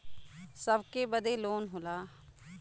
सबके बदे लोन होला